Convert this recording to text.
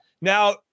Now